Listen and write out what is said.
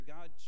God